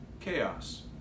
chaos